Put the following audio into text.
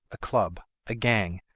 a club, a gang,